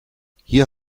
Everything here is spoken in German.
hier